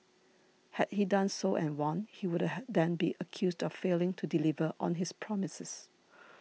had he done so and won he would the had then be accused of failing to deliver on his promises